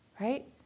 right